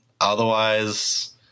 otherwise